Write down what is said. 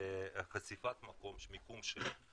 לחשיפת מיקום שלו.